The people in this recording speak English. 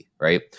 right